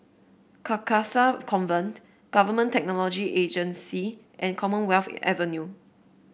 Carcasa Convent Government Technology Agency and Commonwealth Avenue